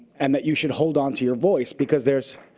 and that you should hold onto your voice because there's.